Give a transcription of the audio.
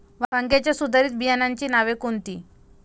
वांग्याच्या सुधारित बियाणांची नावे कोनची?